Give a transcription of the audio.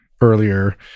earlier